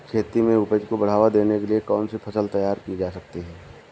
खेती में उपज को बढ़ावा देने के लिए कौन सी फसल तैयार की जा सकती है?